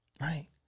Right